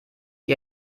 wie